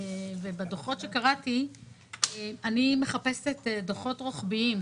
אני מחפשת דוחות רוחביים.